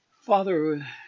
Father